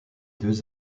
deux